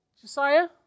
Josiah